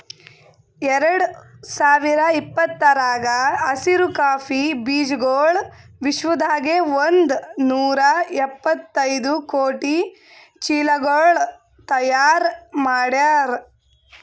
ಎರಡು ಸಾವಿರ ಇಪ್ಪತ್ತರಾಗ ಹಸಿರು ಕಾಫಿ ಬೀಜಗೊಳ್ ವಿಶ್ವದಾಗೆ ಒಂದ್ ನೂರಾ ಎಪ್ಪತ್ತೈದು ಕೋಟಿ ಚೀಲಗೊಳ್ ತೈಯಾರ್ ಮಾಡ್ಯಾರ್